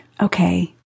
okay